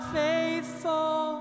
faithful